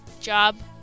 job